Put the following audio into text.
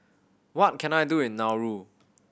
what can I do in Nauru